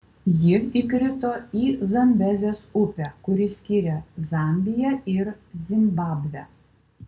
ji įkrito į zambezės upę kuri skiria zambiją ir zimbabvę